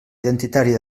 identitària